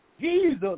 Jesus